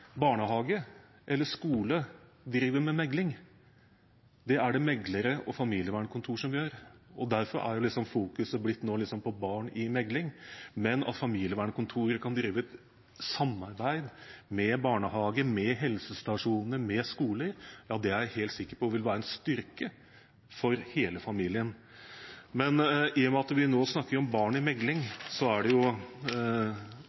barnehage eller skole driver med mekling. Det er det meklere og familievernkontor som gjør, og derfor er fokuset nå kommet på barn i mekling. Men at familievernkontoret kan drive et samarbeid med barnehage, med helsestasjonene, med skoler, ja, det er jeg helt sikker på vil være en styrke for hele familien. Men i og med at vi nå snakker om barn i mekling, er det jo